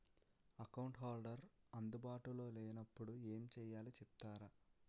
Account holder అందు బాటులో లే నప్పుడు ఎం చేయాలి చెప్తారా?